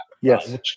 Yes